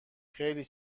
خیلی